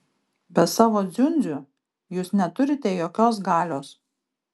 be savo dziundzių jūs neturite jokios galios